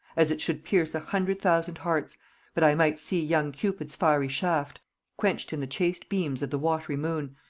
as it should pierce a hundred thousand hearts but i might see young cupid's fiery shaft quench'd in the chaste beams of the watry moon,